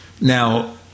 Now